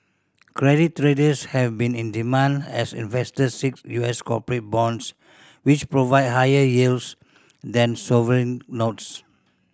credit traders have been in demand as investors seek U S corporate bonds which provide higher yields than sovereign notes